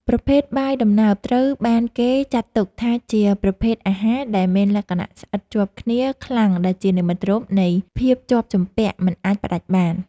ប្រភេទបាយដំណើបត្រូវបានគេចាត់ទុកថាជាប្រភេទអាហារដែលមានលក្ខណៈស្អិតជាប់គ្នាខ្លាំងដែលជានិមិត្តរូបនៃភាពជាប់ជំពាក់មិនអាចផ្ដាច់បាន។